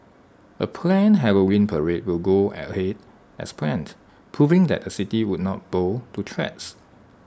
A planned Halloween parade will go ahead as planned proving that the city would not bow to threats